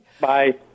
Bye